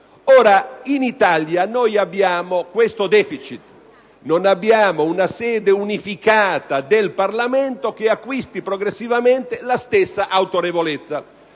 in Italia abbiamo questo deficit. Non abbiamo una sede unificata del Parlamento che acquisisca progressivamente la stessa autorevolezza.